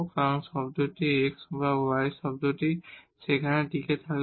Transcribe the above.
কারণ টার্মটি x বা y টার্মটি সেখানে থাকবে